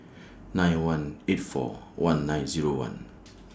nine one eight four one nine Zero one